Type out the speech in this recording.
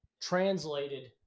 translated